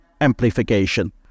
amplification